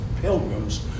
pilgrims